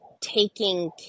taking